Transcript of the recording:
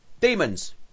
Demons